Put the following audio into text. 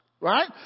Right